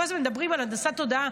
כל הזמן מדברים על הנדסת תודעה.